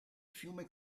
fiume